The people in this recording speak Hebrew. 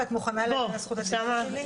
מירב, את מוכנה להגן על זכות הדיבור שלי?